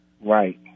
Right